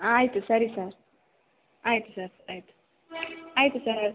ಆಯಿತು ಸರಿ ಸರ್ ಆಯ್ತು ಸರ್ ಆಯಿತು ಆಯಿತು ಸರ್ ಆ